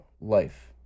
life